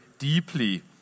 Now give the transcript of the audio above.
deeply